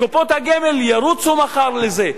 קופות הגמל ירוצו מחר לזה.